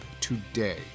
today